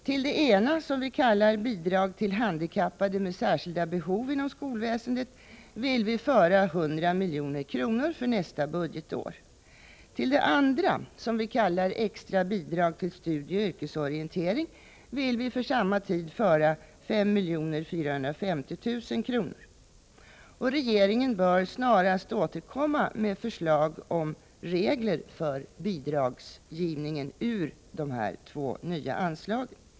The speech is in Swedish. Till det ena, som vi kallar Bidrag till handikappade med särskilda behov inom skolväsendet, vill vi föra 100 milj.kr. för nästa budgetår. Till det andra anslaget, som vi kallar Extra bidrag till studieoch yrkesorientering, vill vi för samma tid föra 5 450 000 kr. Regeringen bör snarast återkomma med förslag om regler för bidrag ur de två nya anslagen.